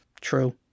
True